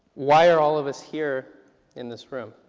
why are all of us here in this room?